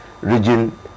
region